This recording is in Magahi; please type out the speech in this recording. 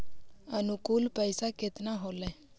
अनुकुल पैसा केतना होलय